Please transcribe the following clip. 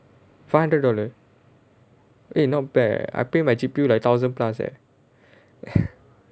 five hundred dollar[eh] not bad eh I pay my G_P_U like thousand plus leh